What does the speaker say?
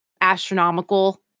astronomical